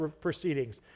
proceedings